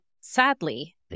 sadly